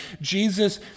Jesus